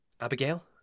Abigail